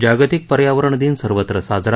जागतिक पर्यावरण दिन सर्वत्र साजरा